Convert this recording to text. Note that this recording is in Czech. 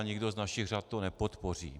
Nikdo z našich řad to nepodpoří.